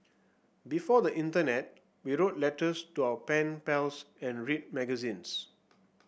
before the internet we wrote letters to our pen pals and read magazines